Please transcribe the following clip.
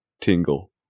Tingle